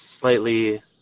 slightly